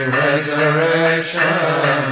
resurrection